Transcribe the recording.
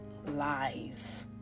lies